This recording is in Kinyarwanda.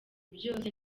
byose